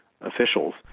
officials